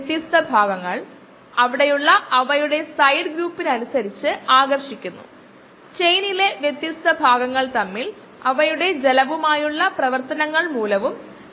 വ്യത്യസ്ത സാന്ദ്രത